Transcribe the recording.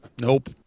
Nope